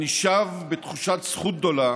אני שב בתחושת זכות גדולה